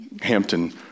Hampton